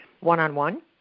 one-on-one